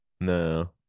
No